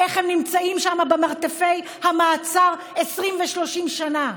איך הם נמצאים שם במרתפי המעצר 20 ו-30 שנה.